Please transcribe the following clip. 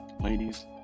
ladies